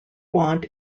want